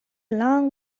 long